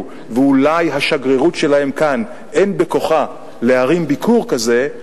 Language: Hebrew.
ואולי השגרירות שלהם כאן אין בכוחה להרים ביקור כזה,